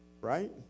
right